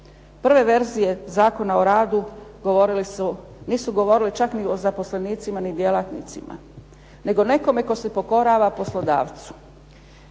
Prve verzije Zakona o radu govorile su, nisu govorile čak ni o zaposlenicima, ni djelatnicima, nego nekome tko se pokorava poslodavcu.